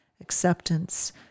acceptance